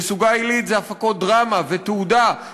וסוגה עילית זה הפקות דרמה ותעודה,